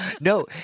no